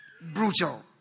brutal